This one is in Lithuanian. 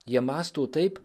jie mąsto taip